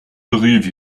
believe